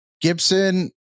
Gibson